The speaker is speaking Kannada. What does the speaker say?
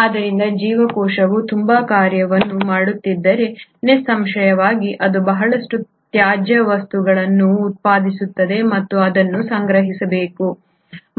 ಆದ್ದರಿಂದ ಜೀವಕೋಶವು ತುಂಬಾ ಕಾರ್ಯವನ್ನು ಮಾಡುತ್ತಿದ್ದರೆ ನಿಸ್ಸಂಶಯವಾಗಿ ಅದು ಬಹಳಷ್ಟು ತ್ಯಾಜ್ಯ ವಸ್ತುಗಳನ್ನು ಉತ್ಪಾದಿಸುತ್ತದೆ ಮತ್ತು ಅದನ್ನು ಸಂಗ್ರಹಿಸಬೇಕು